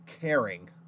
caring